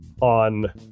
on